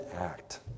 act